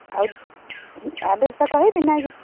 ଆଉ ଆଡ୍ରେସ୍ଟା କହିବି ନା